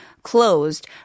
closed